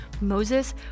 Moses